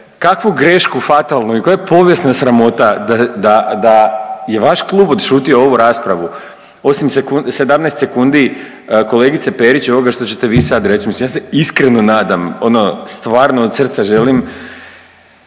kakvu grešku fatalnu i koja je povijesna sramota da je vaš klub odšutio ovu raspravu, osim 17 sekundi kolegice Perić i ovoga što ćete vi sad reć? Mislim ja se iskreno nadam ono stvarno od srca želim